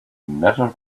never